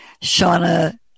Shauna